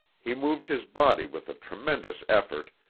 he moved his body with a tremendous effort,